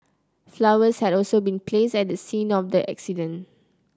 flowers had also been placed at the scene of the accident